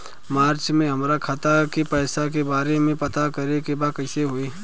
मार्च में हमरा खाता के पैसा के बारे में पता करे के बा कइसे होई?